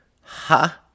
Ha